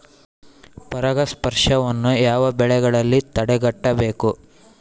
ಪರಾಗಸ್ಪರ್ಶವನ್ನು ಯಾವ ಬೆಳೆಗಳಲ್ಲಿ ತಡೆಗಟ್ಟಬೇಕು?